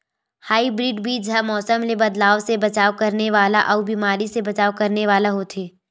hybrid बीज हा मौसम मे बदलाव से बचाव करने वाला अउ बीमारी से बचाव करने वाला होथे